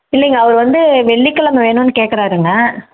இல்லைங்க அவர் வந்து வெள்ளிக்கிழமை வேணும்னு கேட்கறாருங்க